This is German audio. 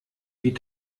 wie